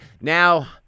Now